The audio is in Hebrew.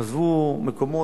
עזבו מקומות,